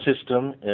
system